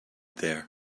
there